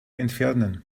entfernen